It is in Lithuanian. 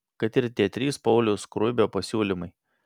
kad ir tie trys pauliaus skruibio pasiūlymai